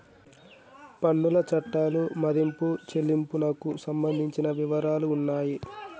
పన్నుల చట్టాలు మదింపు చెల్లింపునకు సంబంధించిన వివరాలు ఉన్నాయి